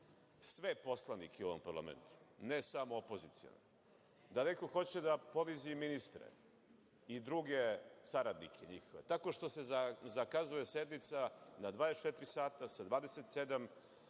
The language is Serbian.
sve poslanike u ovom parlamentu, ne samo opozicione, da neko hoće da ponizi i ministre i druge saradnike njihove tako što se zakazuje sednica na 24 sata, sa 27